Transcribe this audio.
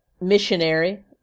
Missionary